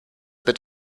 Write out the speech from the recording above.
bit